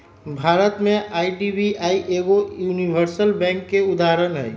भारत में आई.डी.बी.आई एगो universal bank के उदाहरण हइ